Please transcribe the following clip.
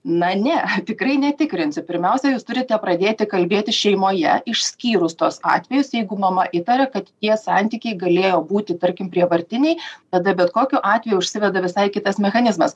na ne tikrai netikrinsiu pirmiausia jūs turite pradėti kalbėti šeimoje išskyrus tuos atvejus jeigu mama įtaria kad tie santykiai galėjo būti tarkim prievartiniai tada bet kokiu atveju užsiveda visai kitas mechanizmas